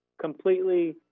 completely